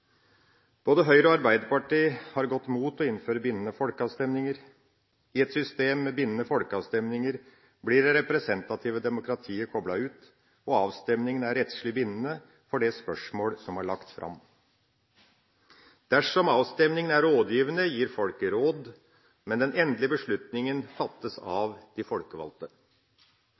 Både Høyre og Arbeiderpartiet har gått mot å innføre bindende folkeavstemninger. I et system med bindende folkeavstemninger blir det representative demokratiet koblet ut, og avstemningen er rettslig bindende for det spørsmål som er lagt fram. Dersom avstemningen er rådgivende, gir folket råd, men den endelige beslutningen fattes av de folkevalgte.